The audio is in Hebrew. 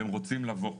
והם רוצים לבוא.